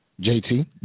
JT